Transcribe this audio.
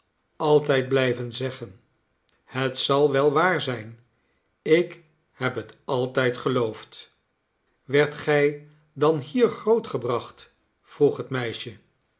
altijd blijven zeggen het zal wel waar zijn ik heb het altijd geloofd werdt gij dan hier grootgebracht vroeg het meisje